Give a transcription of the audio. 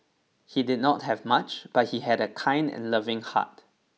he did not have much but he had a kind and loving heart